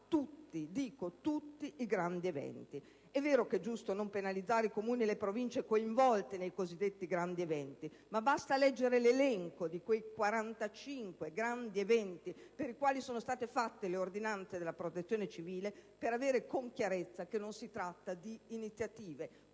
tutti - dico tutti - i grandi eventi. È vero che è giusto non penalizzare i Comuni e le Province coinvolti nei cosiddetti grandi eventi ma basta leggere l'elenco di quei 45 grandi eventi, per i quali sono state fatte le ordinanze della Protezione civile, per comprendere con chiarezza che non si tratta di iniziative